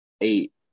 eight